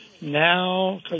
now